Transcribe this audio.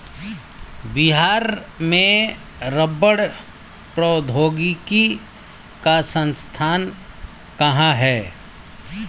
बिहार में रबड़ प्रौद्योगिकी का संस्थान कहाँ है?